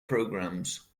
programs